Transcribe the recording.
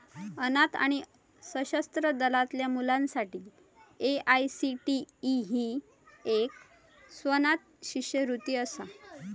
अनाथ आणि सशस्त्र दलातल्या मुलांसाठी ए.आय.सी.टी.ई ही एक स्वनाथ शिष्यवृत्ती असा